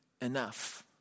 enough